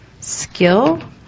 skill